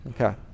Okay